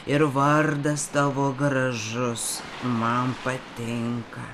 ir vardas tavo gražus man patinka